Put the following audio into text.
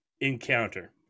encounter